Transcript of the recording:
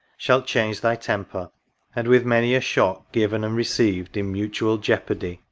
shalt change thy temper and, with many a shock given and received in mutual jeopardy,